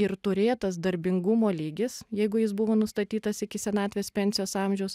ir turėtas darbingumo lygis jeigu jis buvo nustatytas iki senatvės pensijos amžiaus